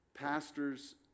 Pastors